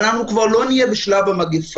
אבל אנחנו כבר לא נהיה בשלב המגפה.